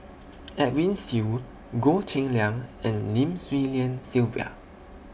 Edwin Siew Goh Cheng Liang and Lim Swee Lian Sylvia